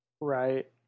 right